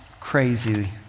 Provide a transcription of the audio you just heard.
crazy